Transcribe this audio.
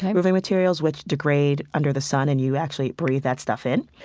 roofing materials, which degrade under the sun, and you actually breathe that stuff in.